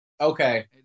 Okay